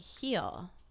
heal